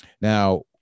Now